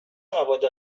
مواد